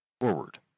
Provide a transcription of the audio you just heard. Forward